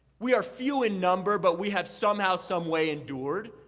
we are few in number, but we have somehow, someway endured.